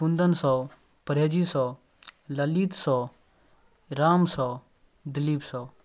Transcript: कुंदन साव परहेजी साव ललित साव राम साव दिलीप साव